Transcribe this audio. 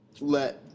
let